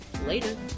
Later